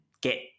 get